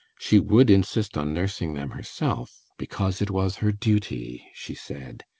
she would insist on nursing them herself because it was her duty, she said.